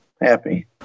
happy